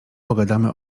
pogadamy